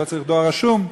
לא צריך דואר רשום.